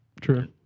True